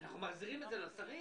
אנחנו מחזירים את זה לשרים?